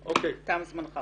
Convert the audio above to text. תם זמנך